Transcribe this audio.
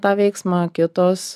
tą veiksmą kitos